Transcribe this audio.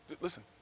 Listen